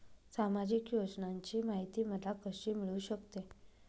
सामाजिक योजनांची माहिती मला कशी मिळू शकते?